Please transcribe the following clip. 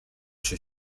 się